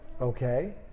Okay